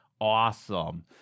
Awesome